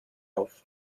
auf